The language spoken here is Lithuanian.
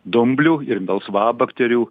dumblių ir melsvabakterių